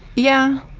yeah.